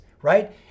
right